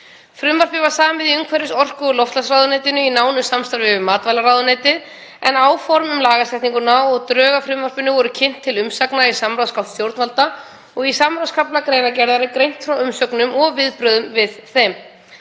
Frumvarpið var samið í umhverfis-, orku- og loftslagsráðuneytinu í nánu samstarfi við matvælaráðuneytið, en áform um lagasetninguna og drög að frumvarpinu voru kynnt til umsagna í samráðsgátt stjórnvalda og í samráðskafla greinargerðar er greint frá umsögnum og viðbrögðum við þeim.